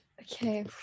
Okay